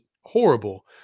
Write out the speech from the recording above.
horrible